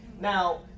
Now